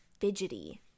fidgety